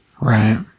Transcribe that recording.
Right